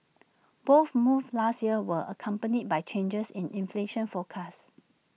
both moves last year were accompanied by changes in inflation forecast